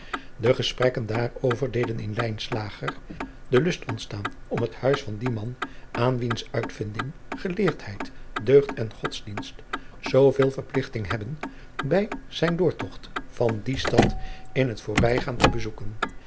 de gesprekken daarover deden in lijnslager den lust ontstaan om het huis van dien man aan wiens uitvinding geleerdheid deugd en godsdienst zoo veel verpligting hebben bij zijn doortogt van die stad in het voorbijgaan te bezoeken